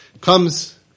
Comes